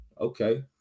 Okay